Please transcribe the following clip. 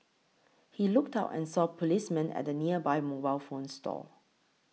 he looked out and saw policemen at the nearby mobile phone store